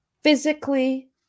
physically